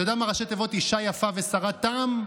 אתה יודע מה ראשי התיבות "אִשה יפה וסרת טעם"?